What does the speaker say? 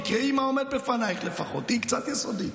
תקראי מה עומד בפנייך לפחות, תהיי קצת יסודית.